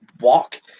walk